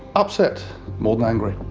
upset more angry.